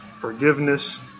forgiveness